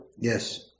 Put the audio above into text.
Yes